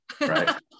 right